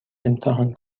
امتحان